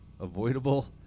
avoidable